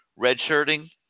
redshirting